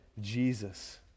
Jesus